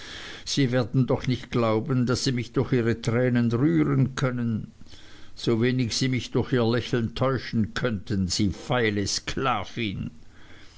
sie werden doch nicht glauben daß sie mich durch ihre tränen rühren können so wenig sie mich durch ihr lächeln täuschen könnten sie feile sklavin